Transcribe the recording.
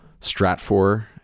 Stratfor